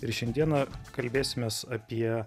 ir šiandieną kalbėsimės apie